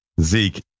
Zeke